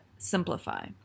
simplify